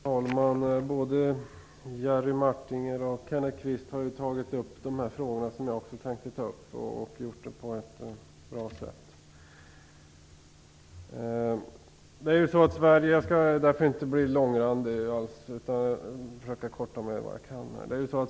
Fru talman! Både Jerry Martinger och Kenneth Kvist har tagit upp de frågor som jag tänkte ta upp, och de har gjort det på ett bra sätt. Jag skall därför inte bli långrandig.